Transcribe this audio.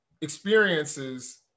experiences